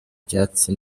ibyatsi